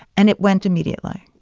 and it went immediately.